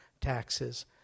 taxes